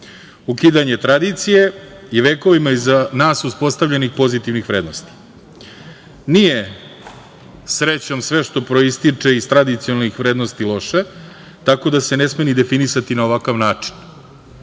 ukidanje tradicije i vekovima iza nas uspostavljenih pozitivnih vrednosti. Nije, srećom, sve što proističe iz tradicionalnih vrednosti loše, tako da se ne sme ni definisati na ovakav način.